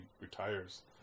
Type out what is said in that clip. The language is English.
retires